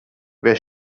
wer